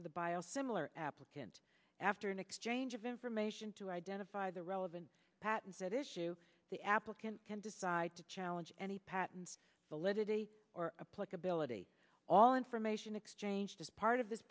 for the bio similar applicant after an exchange of information to identify the relevant patents that issue the applicant can decide to challenge any patents validity or pluck ability all information exchanged as part of this